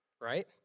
right